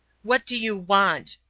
what do you want?